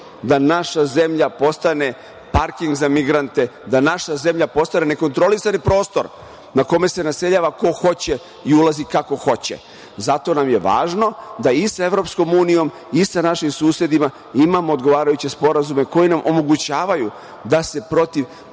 da naša zemlja postane parking za migrante, da naša zemlja postane nekontrolisani prostor na kome se naseljava ko hoće i ulazi kako hoće. Zato nam je važno da i sa EU i sa našim susedima imamo odgovarajuće sporazume koji nam omogućavaju da se protiv